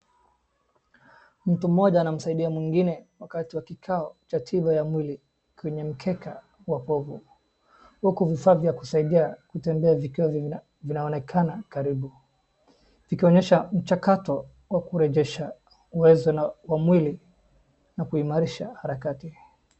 Mtu mmoja anamsaidia mwingine wakati wa kikao cha tiba ya mwili kwenye mkeka wa povu huku vifaa vya kusaidia kutembea vikiwa vinaonekana karibu vikionyesha mchakato wa kurejesha uwezo wa mwili na kuimarisha harakati.